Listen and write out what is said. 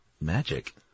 magic